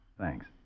Thanks